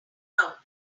out